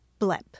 blep